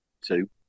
two